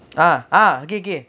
ah ah okay okay